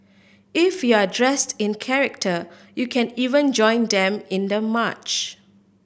if you're dressed in character you can even join them in the march